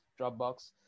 Dropbox